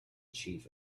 chief